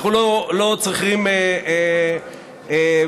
אנחנו לא צריכים מתווכים.